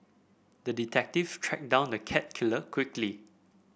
the detective tracked down the cat killer quickly